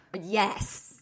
Yes